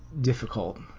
difficult